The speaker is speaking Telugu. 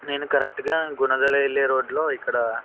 నేను కరెక్ట్గా గుణదల వెళ్ళే రోడ్లో ఇక్కడా